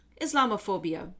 Islamophobia